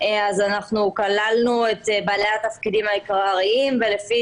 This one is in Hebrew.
אז אנחנו כללנו את בעלי התפקידים העיקריים ולפי